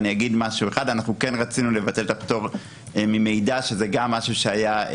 אני אגיד שרצינו לבטל את הפטור ממידע שגם היה עוזר,